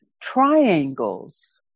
Triangles